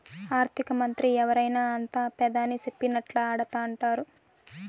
ఆర్థికమంత్రి ఎవరైనా అంతా పెదాని సెప్పినట్లా ఆడతండారు